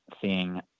seeing